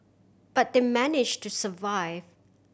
but they manage to survive